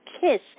kiss